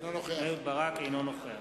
אינו נוכח